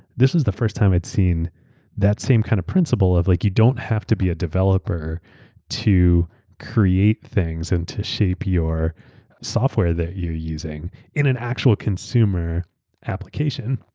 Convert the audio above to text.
this is the first time i'd seen that same kind of principle of like you don't have to be a developer to create things and to shape the software that you're using in an actual consumer application.